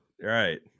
Right